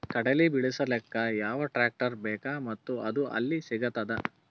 ಕಡಲಿ ಬಿಡಿಸಲಕ ಯಾವ ಟ್ರಾಕ್ಟರ್ ಬೇಕ ಮತ್ತ ಅದು ಯಲ್ಲಿ ಸಿಗತದ?